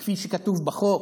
כפי שכתוב בחוק,